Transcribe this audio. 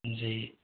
जी